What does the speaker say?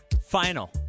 Final